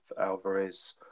Alvarez